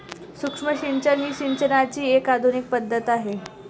सूक्ष्म सिंचन ही सिंचनाची एक आधुनिक पद्धत आहे